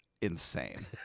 insane